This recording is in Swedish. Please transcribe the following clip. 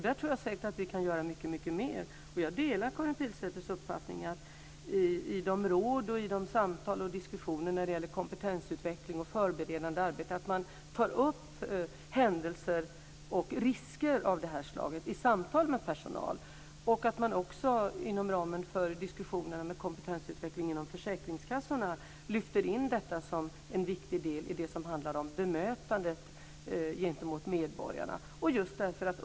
Där tror jag säkert att vi kan göra mycket mer, och jag delar Karin Pilsäters uppfattning att man i råd, samtal och diskussioner när det gäller kompetensutveckling och förberedande arbete bör ta upp händelser och risker av det här slaget i samtal med personal. Det är också bra om man inom ramen för diskussionen om kompetensutveckling i försäkringskassorna lyfter in detta som en viktig del i det som handlar om bemötandet av medborgarna.